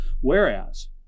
Whereas